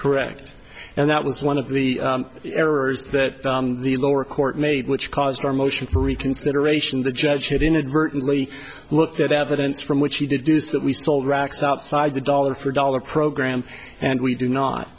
correct and that was one of the errors that the lower court made which caused our motion for reconsideration the judge had inadvertently looked at evidence from which he did do so that we sold racks outside the dollar for dollar program and we do not